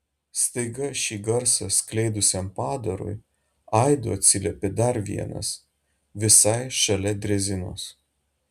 staiga šį garsą skleidusiam padarui aidu atsiliepė dar vienas visai šalia drezinos